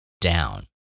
down